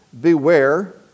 Beware